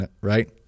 right